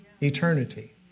eternity